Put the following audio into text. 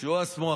שו אסמו,